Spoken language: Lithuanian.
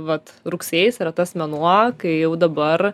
vat rugsėjis yra tas mėnuo kai jau dabar